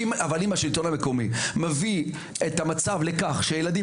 אבל אם השלטון המקומי מביא את המצב לכך שהילדים